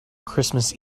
christmas